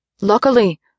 Luckily